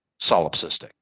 solipsistic